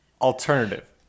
alternative